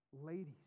ladies